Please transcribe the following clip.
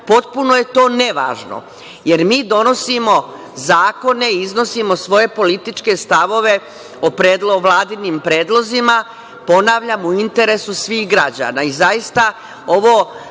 potpuno je to nevažno, jer mi donosimo zakone, iznosimo svoje političke stavove o Vladinim predlozima, ponavljam u interesu svih građana. Zaista